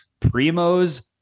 Primos